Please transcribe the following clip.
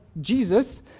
Jesus